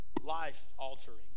life-altering